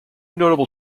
notable